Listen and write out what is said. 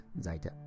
Seite